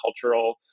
cultural